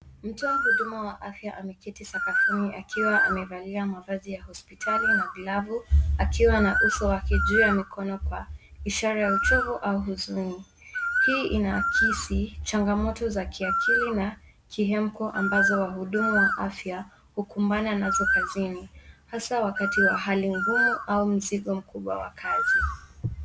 Mtoa huduma wa afya ameketi sakafuni akiwa amevalia mavazi ya hospitali na glavu akiwa na uso wake juu ya mikoba ishara ya uchovu au huzuni. Hii inaakisi changamoto za kiakili na kiamko ambazo wahudumu wa afya hukumbana nazo kazini hasa wakati wa hali ngumu wa mzigo mkubwa wa kazi.